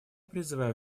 призываю